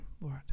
Lord